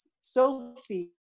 Sophie